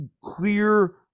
clear